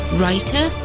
writer